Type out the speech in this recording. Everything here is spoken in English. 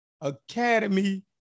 Academy